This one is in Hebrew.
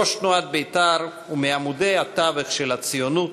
ראש תנועת בית"ר ומעמודי התווך של הציונות,